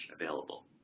available